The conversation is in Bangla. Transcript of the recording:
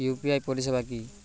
ইউ.পি.আই পরিসেবা কি?